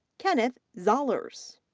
kenneth zollars.